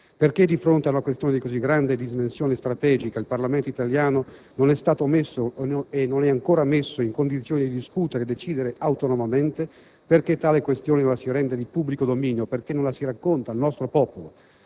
Perché, di fronte ad una questione di così grande dimensione strategica, il Parlamento italiano non è stato messo - e non è ancora messo - in condizione di discutere e decidere autonomamente? Perché tale questione non la si rende di pubblico dominio? Perché non la si racconta al nostro popolo?